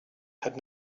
had